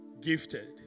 gifted